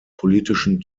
politischen